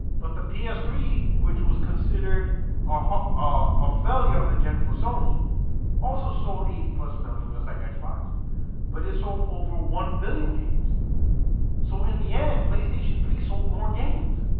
but the p s three which was considered ah ah a failure of the jennifer sony also sold eighty plus million just like xbox, but it sold over one billion games so in the end playstation three sold more games